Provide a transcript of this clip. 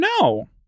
No